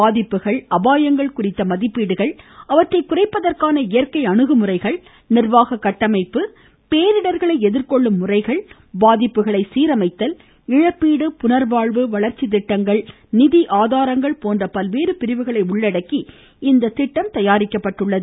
பேரிடர்களின் ஏற்படும் தாக்கம் பாதிப்புகள் அபாயங்கள் குறித்த மதிப்பீடுகள் அவற்றை குறைப்பதற்கான இயற்கை அணுகுமுறைகள் நிர்வாக கட்டமைப்பு பேரிடர்களை எதிர்கொள்ளும் முறைகள் பாதிப்புகளை சீரமைத்தல் இழப்பீடு புனர்வாழ்வு வளர்ச்சி திட்டங்கள் நிதி ஆதாரங்கள் போன்ற பல்வேறு பிரிவுகளை உள்ளடக்கி இந்த திட்டம் தயாரிக்கப்பட்டுள்ளது